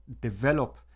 develop